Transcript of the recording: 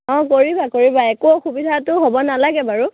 অঁ কৰিবা কৰিবা একো অসুবিধাটো হ'ব নালাগে বাৰু